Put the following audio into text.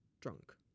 drunk